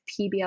PBL